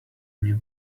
new